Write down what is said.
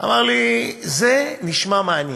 אמר לי: זה נשמע מעניין.